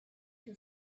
who